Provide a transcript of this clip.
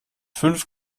fünf